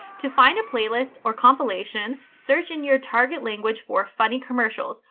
to find a playlist or compilation search in your target language for funny commercials,